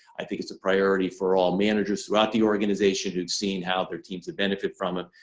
i think it's a priority for all managers throughout the organization who's seen how their team' benefit from it,